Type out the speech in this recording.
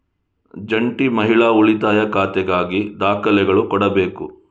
ಜಂಟಿ ಮಹಿಳಾ ಉಳಿತಾಯ ಖಾತೆಗಾಗಿ ದಾಖಲೆಗಳು ಕೊಡಬೇಕು